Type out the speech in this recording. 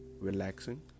relaxing